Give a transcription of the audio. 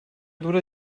dura